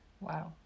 Wow